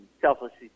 selflessly